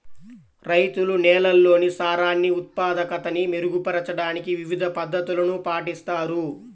రైతులు నేలల్లోని సారాన్ని ఉత్పాదకతని మెరుగుపరచడానికి వివిధ పద్ధతులను పాటిస్తారు